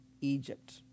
Egypt